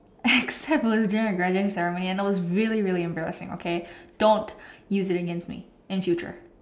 except it was during the graduation ceremony and it was really really embarrassing okay don't use it against me in future